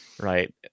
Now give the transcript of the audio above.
right